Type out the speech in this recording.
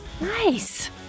Nice